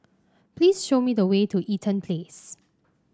please show me the way to Eaton Place